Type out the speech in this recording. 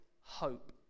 hope